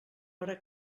hora